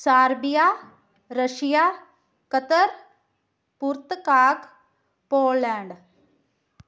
Serbia Russia Qatar ਪੁਰਤਕਾਤ Poland